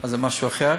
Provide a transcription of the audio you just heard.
אז זה משהו אחר.